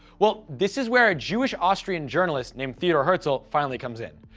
well, this is where a jewish austrian journalist named theodor herzl ah finally comes in.